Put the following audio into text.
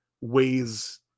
ways